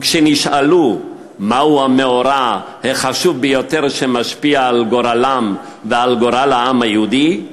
וכשנשאלו מהו המאורע החשוב ביותר שמשפיע על גורלם ועל גורל העם היהודי,